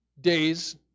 days